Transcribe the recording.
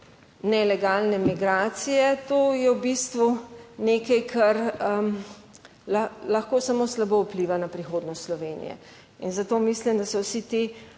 nelegalne migracije, to je v bistvu nekaj kar lahko samo slabo vpliva na prihodnost Slovenije in zato mislim, da so vsi ti